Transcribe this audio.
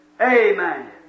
Amen